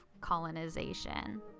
colonization